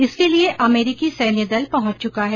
इसके लिए अमेरिकी सैन्य दल पहुंच चुका है